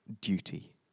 duty